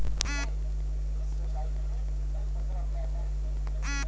आजके समय में अब किसान लोग भी गोरु बछरू रखल कम कर देहले हउव